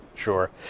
Sure